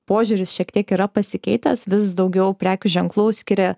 požiūris šiek tiek yra pasikeitęs vis daugiau prekių ženklų skiria